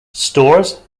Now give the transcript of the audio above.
stores